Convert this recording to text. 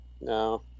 no